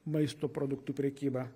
maisto produktų prekybą